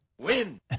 win